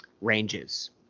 ranges